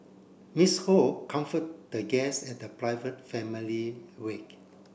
Ms Ho comfort the guests at the private family wake